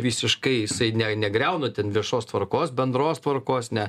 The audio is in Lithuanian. visiškai jisai ne negriauna ten viešos tvarkos bendros tvarkos ne